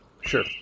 Sure